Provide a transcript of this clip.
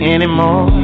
Anymore